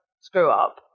screw-up